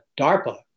DARPA